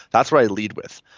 that's where i lead with.